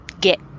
get